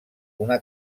una